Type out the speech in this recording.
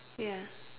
ya